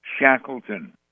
Shackleton